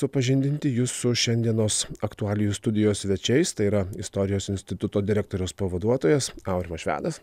supažindinti jus su šiandienos aktualijų studijos svečiais tai yra istorijos instituto direktoriaus pavaduotojas aurimas švedas